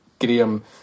Graham